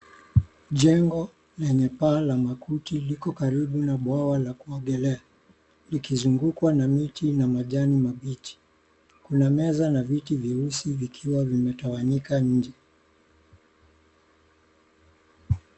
Jengo lenye paa la makuti liko karibu na bwawa la kuogelea, likizungukwa na miti na majani mabichi. Kuna meza na viti vyeusi vikiwa vimetawanyika nje.